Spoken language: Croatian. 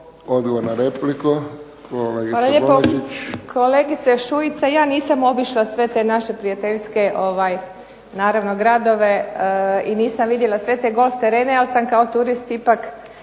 Hvala lijepo. Kolegice Šuica, ja nisam obišla sve te naše prijateljske gradove i nisam vidjela sve te golf terene, ali sam kao turist ipak